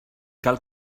cal